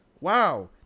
wow